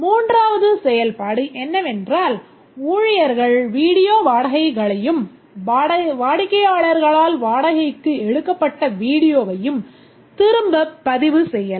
மூன்றாவது செயல்பாடு என்னவென்றால் ஊழியர்கள் வீடியோ வாடகைகளையும் வாடிக்கையாளர்களால் வாடகைக்கு எடுக்கப்பட்ட வீடியோவையும் திரும்பப் பதிவு செய்யலாம்